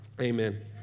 amen